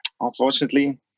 unfortunately